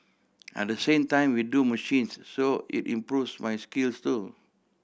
and the same time we do machines so it improves my skills so